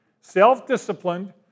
self-disciplined